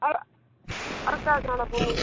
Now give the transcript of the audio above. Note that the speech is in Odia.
ଆଉ ଆଉ କାଣା କାଣା ବନଉଛ